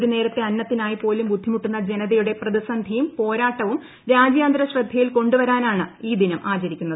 ഒരു നേരത്തെ അന്നത്തിനായി പോലും ബുദ്ധിമുട്ടുന്ന ജനതയുടെ പ്രതിസന്ധിയും പോരാട്ടവും രാജ്യാന്തര ശ്രദ്ധയിൽ കൊണ്ടുവരാനാണ് ഈ ദിനം ആചരിക്കുന്നത്